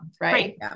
Right